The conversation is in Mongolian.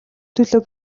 төлөө